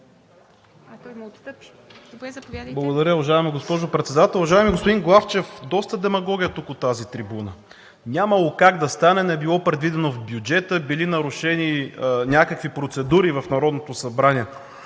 (БСП за България.): Благодаря, уважаема госпожо Председател. Уважаеми господин Главчев, доста демагогия тук, от тази трибуна. Нямало как да стане, не било предвидено в бюджета, били нарушени някакви процедури в Народното събрание.